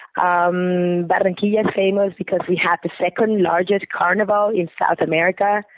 um borinqia's famous because we have the second largest carnival in south america.